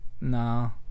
no